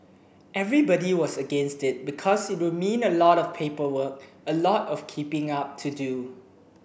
everybody was against it because it would mean a lot of paperwork a lot of keeping up to do